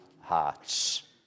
hearts